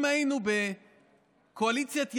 אם היינו בקואליציית ימין,